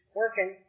working